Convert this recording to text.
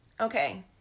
Okay